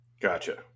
Gotcha